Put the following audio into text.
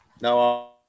Now